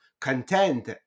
content